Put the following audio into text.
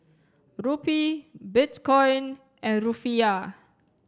Rupee Bitcoin and Rufiyaa